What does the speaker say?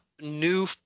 new